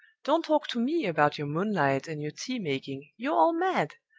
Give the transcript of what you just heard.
don't talk to me about your moonlight and your tea-making you're all mad!